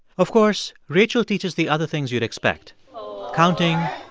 of course, rachel teaches the other things you'd expect counting.